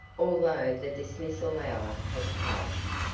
although the dismissal hour had passed.